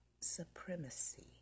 supremacy